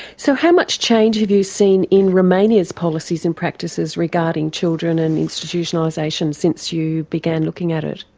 so how much change have you seen in romania's policies and practices regarding children and institutionalisation since you began looking at it?